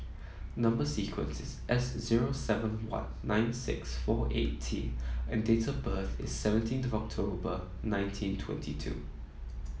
number sequence is S zero seven one nine six four eight T and date of birth is seventeen of October nineteen twenty two